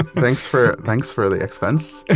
thanks for thanks for the expense